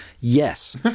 Yes